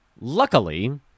Luckily